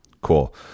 Cool